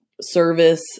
service